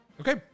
okay